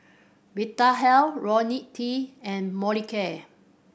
Vitahealth Ronil T and Molicare